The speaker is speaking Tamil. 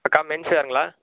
அக்கா மென் வேர்ங்களா